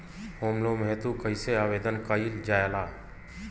Home loan हेतु कइसे आवेदन कइल जाला?